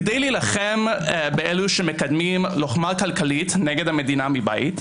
כדי להילחם באלו שמקדמים לוחמה כלכלית נגד המדינה מבית,